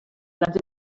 grans